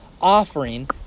offering